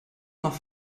noch